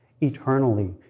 eternally